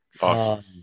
Awesome